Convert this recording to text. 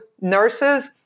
nurses